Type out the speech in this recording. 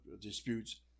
disputes